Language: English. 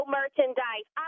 merchandise